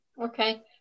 Okay